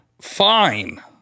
fine